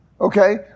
Okay